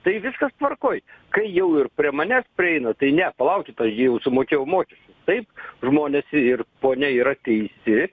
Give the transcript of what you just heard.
tai viskas tvarkoj kai jau ir prie manęs prieina tai ne palaukit aš gi jau sumokėjau mokesčius taip žmonės ir ponia yra teisi